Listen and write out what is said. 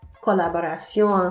collaboration